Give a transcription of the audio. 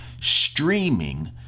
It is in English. streaming